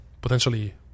potentially